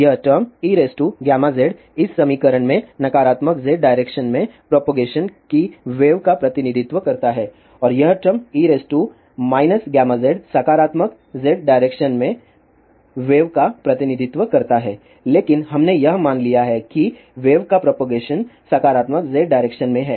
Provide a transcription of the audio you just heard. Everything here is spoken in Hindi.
यह टर्म eγz इस समीकरण में नकारात्मक z डायरेक्शन में प्रोपगेशन की वेव का प्रतिनिधित्व करता है और यह टर्म e γz सकारात्मक z डायरेक्शन में वेव का प्रतिनिधित्व करता है लेकिन हमने यह मान लिया है कि वेव का प्रोपगेशन सकारात्मक z डायरेक्शन में है